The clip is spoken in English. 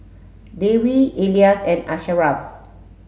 Devi Elyas and Asharaff